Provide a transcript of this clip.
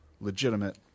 legitimate